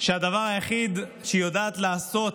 שהדבר היחיד שהיא יודעת לעשות